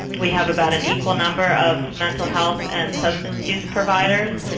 we have about an equal number of mental health and substance use providers,